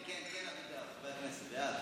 אנחנו עוברים להצבעה,